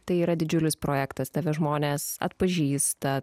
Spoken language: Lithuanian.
tai yra didžiulis projektas tave žmonės atpažįsta